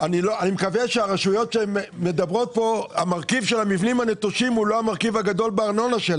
אני מקווה שהרכיב של המבנים הנטושים הוא לא הרכיב הגדול בארנונה של